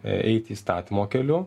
eit įstatymo keliu